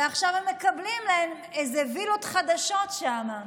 ועכשיו הם מקבלים להם איזה וילות חדשות שם.